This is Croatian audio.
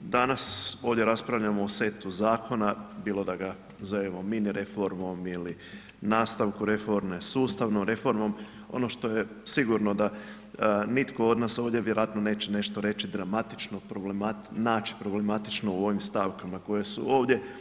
danas ovdje raspravljamo o setu zakona bilo da ga zovemo mini reformom ili nastavkom reforme, sustavnom reformom, ono što je sigurno da nitko od nas ovdje vjerojatno neće nešto reći dramatično, naći problematično u ovim stavkama koje su ovdje.